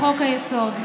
לחוק-היסוד.